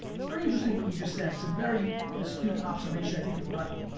it's very interesting what you just said. it's a very astute observation i think you're right.